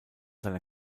seiner